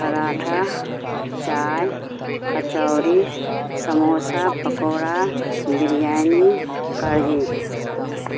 پراٹھا چائے کچوری سموسہ پکوڑا بریانی کڑھی